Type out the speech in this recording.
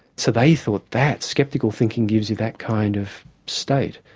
so they thought that sceptical thinking gives you that kind of state.